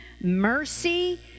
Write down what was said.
mercy